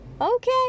okay